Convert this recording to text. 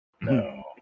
No